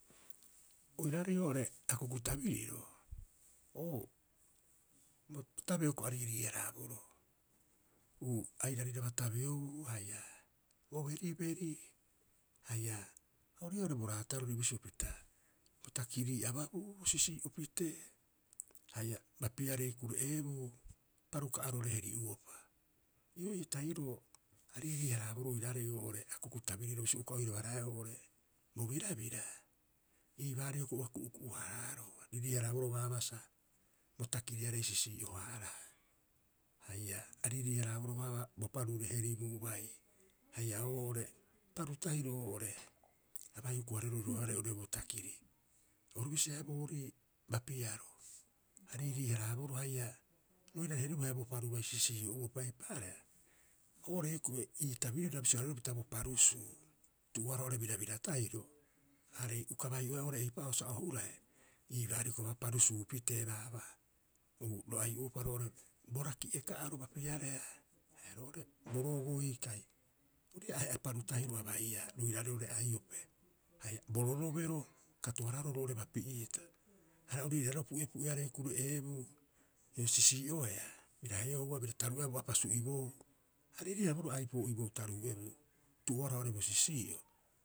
Oiraarei oo'ore akuku tabiriro, oo bo tabeo hioko'i a riirii- haraaboroo. Uu airariraba tabeobuu haia bo beriberi haia ori ii'aa oo'ore bo raatarori bisio pita bo takirii ababuu sisii'o pitee haia bapiarei kure'eebu paru ka'arore heri'uopa. Ii'oo ii tahiroo ariirii- hharaaboroo oiraarei oo'ore akuku tabiriro, bisio uka oiraba raeaa oo'ore bo birabira, ii baarii hioko'i ua ku'uku'u- haaraaroo. A riirii- haraaboroo baabaa sa bo takiriarei sisii'o- haaraha haia a riirii- haraaboroo baabaa bo parure heribuu bai haia oo'ore paru tahiro oo'ore a bai huku- hareeroo roheoarei oo'ore bo takiri. Oru bisi haia boorii bapiaro. A riirii- haraaboroo haia roirare heribuu haia bo paru sisii'o'uopa. Eipaareha, oo'ore hioko'i ii tabiriroo a bisio- hareeroo hioko'i pita bo parusuu tu'uoaroha oo'ore birabira tahiro. Aarei uka bai'oea eipa'oo sa o hurahe ii baarii hioko'i parusuu pitee baabaa uu ro ai'o'uopa roo'ore bo raki'e ka'aro bapiareha haia roo'ore bo rogoi kai ori ii'aa ahe'a paru tahiro a baiia roiraarei roo'ore Aiope. Haia bo rorobero katoaraaro roo'ore ba pii'iita. Areha o riirii- harabaa pu'epu'earei kure'eebu, bira sisii'oea bira heohua bira taruu'ea bo apasu i boou. A riirii- haraaboro aipoo iboou taruu'ebuu tu'uoaroha oo'ore bo sisii'o.